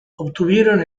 obtuvieron